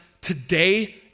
today